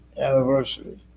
anniversary